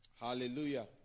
Hallelujah